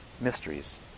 mysteries